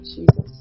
Jesus